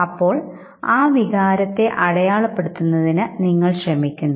അപ്പോൾ ആ വികാരത്തെ അടയാളപ്പെടുത്തുന്നതിനു നിങ്ങൾ ശ്രമിക്കുന്നു